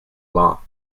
law